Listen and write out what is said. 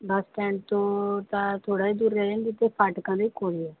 ਬੱਸ stand ਤੋਂ ਤਾਂ ਥੋੜ੍ਹਾ ਹੀ ਦੂਰ ਰਹਿ ਜਾਂਦਾ ਅਤੇ ਫਾਟਕਾਂ ਦੇ ਕੋਲ